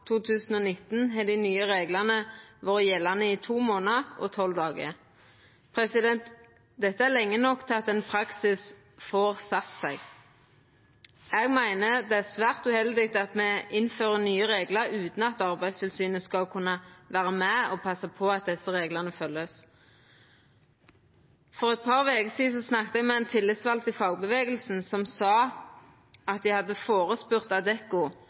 2019, har dei nye reglane vore gjeldande i to månader og tolv dagar. Dette er lenge nok til at ein praksis får sett seg. Eg meiner det er svært uheldig at me innfører nye reglar utan at Arbeidstilsynet skal kunna vera med og passa på at desse reglane vert følgde. For eit par veker sidan snakka eg med ein tillitsvald i fagrørsla som sa at dei hadde spurt Adecco i forkant av